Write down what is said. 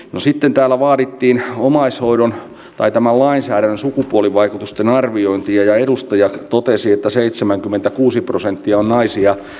no sitten täällä vaadittiin omaisuuden tai tämän lainsäädännön sukupuolivaikutusten arviointia ja lopuksi valiokunta kiinnittää huomiota turvakotipaikkojen suunnitelmalliseen lisäämiseen